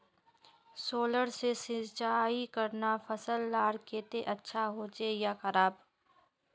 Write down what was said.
Solar से सिंचाई करना फसल लार केते अच्छा होचे या खराब?